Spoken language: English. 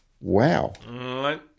Wow